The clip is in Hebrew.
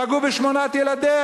פגעו בשמונת ילדיה,